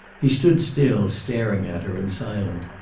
he stood still, staring at her and silent.